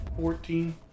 Fourteen